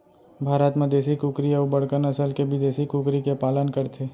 भारत म देसी कुकरी अउ बड़का नसल के बिदेसी कुकरी के पालन करथे